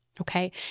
okay